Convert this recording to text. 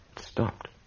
stopped